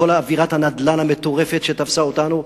כל אווירת הנדל"ן המטורפת שתפסה אותנו,